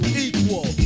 equal